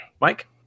Mike